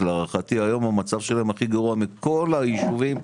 להערכתי, היום המצב שלהם הכי גרוע מכל היישובים,